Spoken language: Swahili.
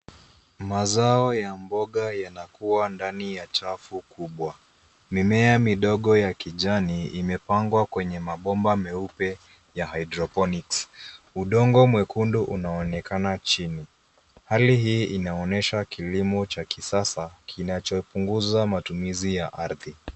Mazao ya mboga yanakua ndani ya chafu kubwa mimea midogo ya kijani imepangwa kwenye mabomba meupe ya haidroponiki udongo mwekundu unaonekana chini hali hii inaonyesha kilimo cha kisasa kinachopunguza matumizi ya ardhi.